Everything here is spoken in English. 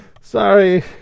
Sorry